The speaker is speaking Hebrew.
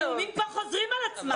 הנאומים כבר חוזרים על עצמם.